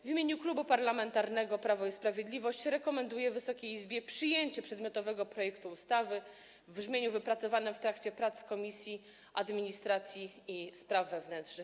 W imieniu Klubu Parlamentarnego Prawo i Sprawiedliwość rekomenduję Wysokiej Izbie przyjęcie przedmiotowego projektu ustawy w brzmieniu wypracowanym w trakcie prac Komisji Administracji i Spraw Wewnętrznych.